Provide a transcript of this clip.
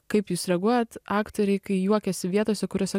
kaip jūs reaguojat aktoriai kai juokiasi vietose kuriose